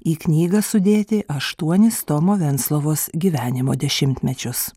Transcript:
į knygą sudėti aštuonis tomo venclovos gyvenimo dešimtmečius